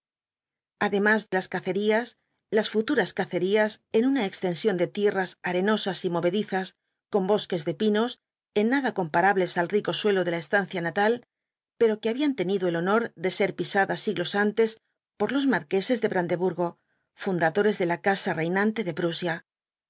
además las cacerías las futuras cacerías en una extensión de tierras arenosas y movedizas con bosques de pinos en nada comparables al rico suelo de la estancia natal pero que habían tenido el honor de ser pisadas siglos antes por los marqueses de brandeburgo fundadores de la casa reinante de prusia